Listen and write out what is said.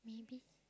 maybe